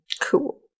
Cool